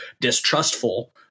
distrustful